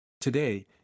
Today